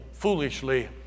foolishly